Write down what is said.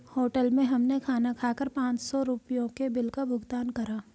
hotel में हमने खाना खाकर पाँच सौ रुपयों के बिल का भुगतान करा